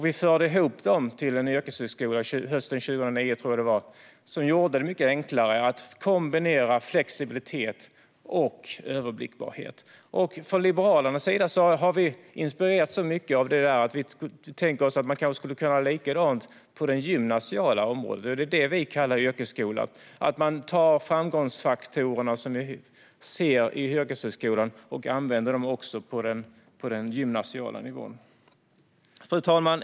Vi förde ihop dem till en yrkeshögskola - hösten 2009 tror jag att det var - som gjorde det mycket enklare att kombinera flexibilitet och överblickbarhet. Från Liberalernas sida har vi inspirerats så mycket av det där att vi tänker oss att man kanske skulle kunna göra likadant på det gymnasiala området. Det är det vi kallar yrkesskola. Man tar då de framgångsfaktorer som vi ser i yrkeshögskolan och använder dem även på den gymnasiala nivån. Fru talman!